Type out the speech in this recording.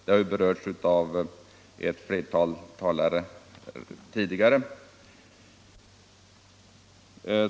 Det har tidigare berörts av ett flertal talare.